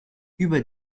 über